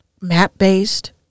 map-based